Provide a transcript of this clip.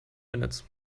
minutes